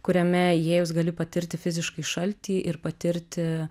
kuriame įėjus gali patirti fiziškai šaltį ir patirti